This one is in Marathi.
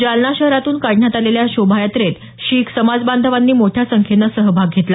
जालना शहरातून काढण्यात आलेल्या शोभायात्रेत शीख समाजबांधवांनी मोठ्या संख्येनं सहभाग घेतला